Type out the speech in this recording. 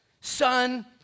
son